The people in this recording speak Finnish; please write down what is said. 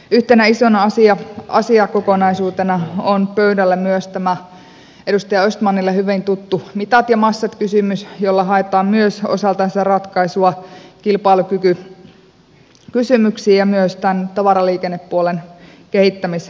yhtenä isona asiakokonaisuutena on pöydällä myös tämä edustaja östmanille hyvin tuttu mitat ja massat kysymys jolla haetaan myös osaltaan sitä ratkaisua kilpailukykykysymyksiin ja myös tämän tavaraliikennepuolen kehittämismahdollisuuksiin